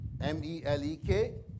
M-E-L-E-K